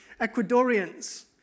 Ecuadorians